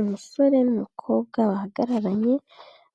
Umusore n'umukobwa bahagararanye